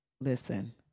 Listen